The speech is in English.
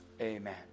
amen